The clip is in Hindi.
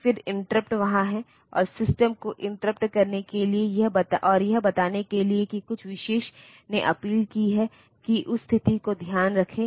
फिर इंटरप्ट वहाँ है और सिस्टम को इंटरप्ट करने के लिए और यह बताने के लिए कि कुछ विशेष ने अपील की है कि उस स्थिति का ध्यान रखें